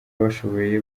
babishoboye